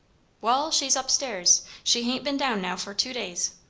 wall, she's up-stairs. she hain't been down now for two days.